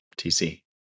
TC